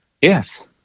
Yes